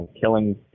killing